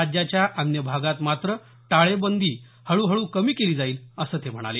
राज्याच्या अन्य भागात मात्र टाळेबंद हळूहळू कमी केली जाईल असं ते म्हणाले